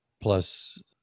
plus